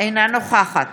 אינה נוכחת